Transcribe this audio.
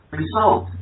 result